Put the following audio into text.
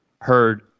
heard